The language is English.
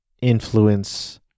influence